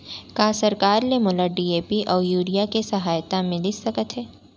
का सरकार से मोला डी.ए.पी अऊ यूरिया के सहायता मिलिस सकत हे?